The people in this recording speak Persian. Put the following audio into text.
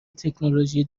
تکنولوژی